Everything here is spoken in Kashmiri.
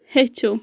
ہیٚچِھو